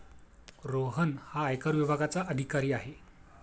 रोहन हा आयकर विभागाचा अधिकारी आहे